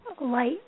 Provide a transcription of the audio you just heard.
Light